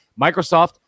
Microsoft